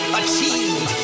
achieve